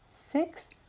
six